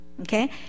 Okay